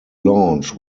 launch